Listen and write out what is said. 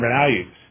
values